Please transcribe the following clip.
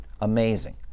Amazing